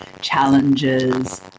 challenges